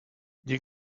nie